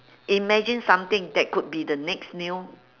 imagine something that could be the next new